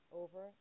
over